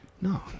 no